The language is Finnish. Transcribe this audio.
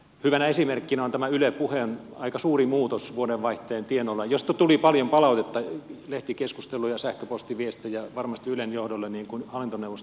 hyvänä esimerkkinä on tämä yle puheen vuodenvaihteen tienoilla tapahtunut aika suuri muutos josta tuli paljon palautetta lehtikeskusteluja ja sähköpostiviestejä varmasti ylen johdolle niin kuin hallintoneuvostollekin